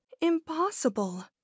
impossible